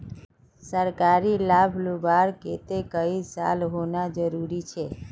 सरकारी लाभ लुबार केते कई साल होना जरूरी छे?